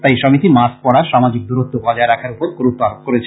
তাই সমিতি মাস্ক পড়া সামাজিক দূরত্ব বজায় রাখার উপর গুরুত্ব আরোপ করেছে